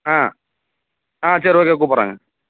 ஆ ஆ சரி ஓகே கூப்பிட்றோங்க